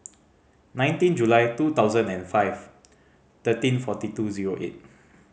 nineteen July two thousand and five thirteen forty two zero eight